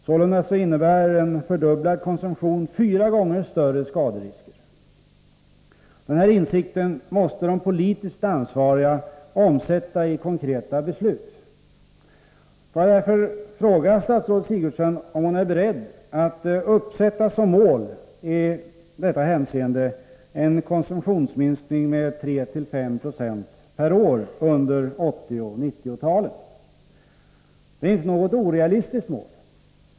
Sålunda innebär en fördubblad konsumtion fyra gånger större skaderisk. Den här insikten måste de politiskt ansvariga omsätta i konkreta beslut. Får jag därför fråga statsrådet Sigurdsen om hon i detta hänseende är beredd att som mål uppsätta en konsumtionsminskning med 3-5 90 per år under 80 och 90-talet. Det är inte något orealistiskt mål.